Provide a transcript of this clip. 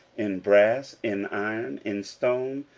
in brass, in iron, in stone,